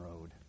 road